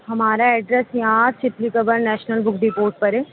ہمارا ایڈریس یہاں Chitli Qabar national book depot پر ہے